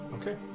Okay